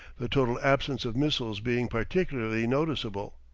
the total absence of missiles being particularly noticeable.